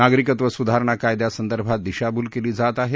नागरिकत्व सुधारणा कायद्या संदर्भात दिशाभूल केली जात आहे